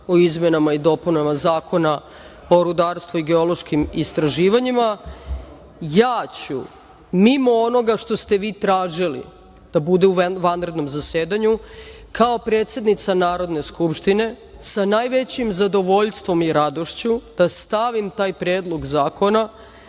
o izmenama i dopunama Zakona o rudarstvu i geološkim istraživanjima, ja ću, mimo onoga što ste vi tražili da bude u vanrednom zasedanju, kao predsednica Narodne skupštine, sa najvećim zadovoljstvom i radošću da stavim taj predlog zakona